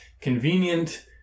convenient